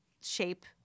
shape